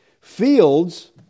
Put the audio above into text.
Fields